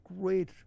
great